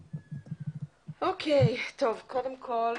נסכם.